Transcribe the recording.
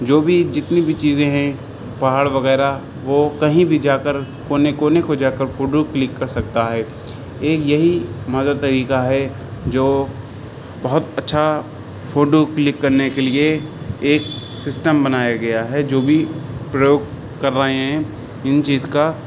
جو بھی جتنی بھی چیزیں ہیں پہاڑ وغیرہ وہ کہیں بھی جا کر کونے کونے کو جا کر فوٹو کلک کر سکتا ہے ایک یہی ماتر طریقہ ہے جو بہت اچھا فوٹو کلک کرنے کے لیے ایک سسٹم بنایا گیا ہے جو بھی پریوگ کر رہے ہیں ان چیز کا